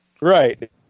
Right